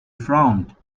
frowned